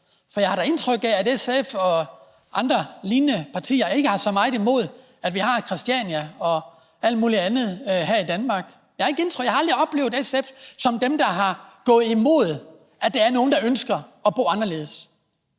For jeg har da indtryk af, at SF og andre lignende partier ikke har så meget imod, at vi har et Christiania og alt muligt andet her i Danmark. Jeg har aldrig oplevet SF som dem, der er gået imod, at der er nogle, der ønsker at bo anderledes.